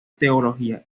teología